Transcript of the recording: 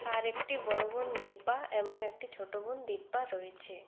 তার একটি বড় বোন দীপা এবং একটি ছোট বোন দিব্যা রয়েছে